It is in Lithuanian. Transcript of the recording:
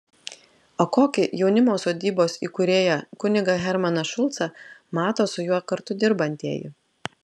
o kokį jaunimo sodybos įkūrėją kunigą hermaną šulcą mato su juo kartu dirbantieji